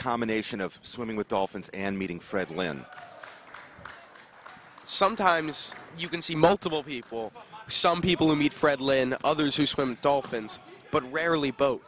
combination of swimming with dolphins and meeting franklin sometimes you can see multiple people some people who meet fred lane others who swim dolphins but rarely bo